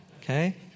Okay